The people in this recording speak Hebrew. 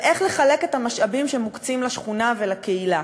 באיך לחלק את המשאבים שמוקצים לשכונה ולקהילה.